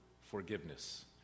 forgiveness